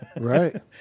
Right